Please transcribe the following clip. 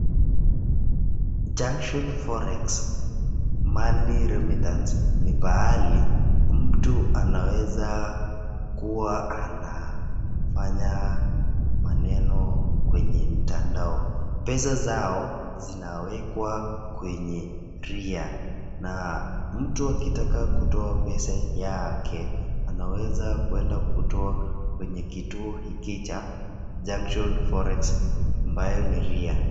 Junction forex money remittance ni pahali mtu anaweza kuwa anafanya maneno kwenye mtandao pesa zao zinawekwa kwenye ria mtu akitaka kutoa pesa yake anaweza kuenda kutoa kwenye kituo hiki cha [csJunction forex ambayo ni rea.